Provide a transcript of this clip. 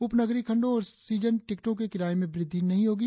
उप नगरीय खंडो और सिजन टिकटों के किराए में वृद्धि नहीं होगी